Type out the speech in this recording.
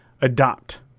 adopt